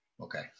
okay